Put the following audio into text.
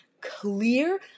clear